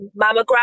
mammogram